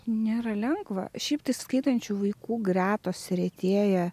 nėra lengva šiaip tai skaitančių vaikų gretos retėja